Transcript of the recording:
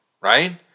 Right